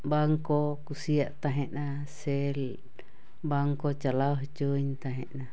ᱵᱟᱝᱠᱚ ᱠᱩᱥᱤᱭᱟᱜ ᱛᱟᱦᱮᱱᱟ ᱥᱮ ᱵᱟᱝᱠᱚ ᱪᱟᱞᱟᱣ ᱦᱚᱪᱚᱣᱟᱹᱧ ᱛᱟᱦᱮᱱᱟ